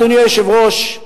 אדוני היושב-ראש,